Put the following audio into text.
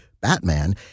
Batman